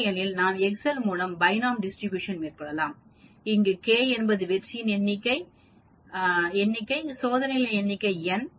இல்லையெனில் நாம் எக்செல் மூலம் பைனோம் டிஸ்ட்ரிபியூஷன் மேற்கொள்ளலாம் இங்கு k என்பது வெற்றிகளின் எண்ணிக்கை சோதனைகளின் எண்ணிக்கை n